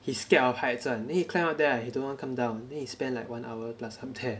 he scared of heights [one] then he climb up there right he don't want come down then he spend like one hour plus up there